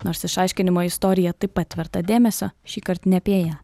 nors išaiškinimo istorija taip pat verta dėmesio šįkart ne apie ją